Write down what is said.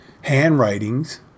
handwritings